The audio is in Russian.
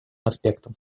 аспектам